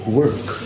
work